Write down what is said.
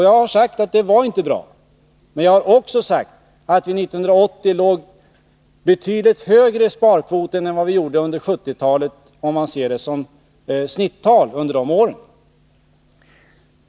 Jag har sagt att det inte var bra, men jag har också sagt att vi 1980 hade en betydligt högre sparkvot än vad vi hade under 1970-talet, om vi jämför med snittalet under dessa år.